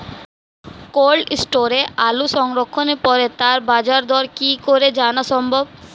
Cold স্টোরে আলু সংরক্ষণের পরে তার বাজারদর কি করে জানা সম্ভব?